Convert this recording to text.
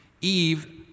Eve